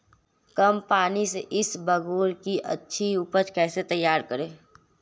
कम पानी से इसबगोल की अच्छी ऊपज कैसे तैयार कर सकते हैं?